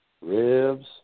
ribs